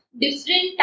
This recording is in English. different